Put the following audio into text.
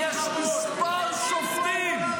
"יש מספר שופטים".